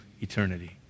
eternity